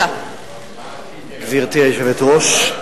גברתי היושבת-ראש,